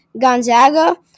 Gonzaga